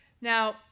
Now